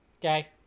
Okay